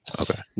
Okay